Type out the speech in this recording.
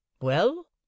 Well